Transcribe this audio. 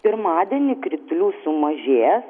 pirmadienį kritulių sumažės